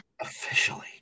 Officially